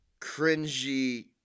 cringy